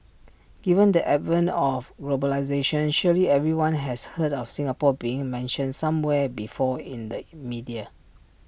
given the advent of globalisation surely everyone has heard of Singapore being mentioned somewhere before in the media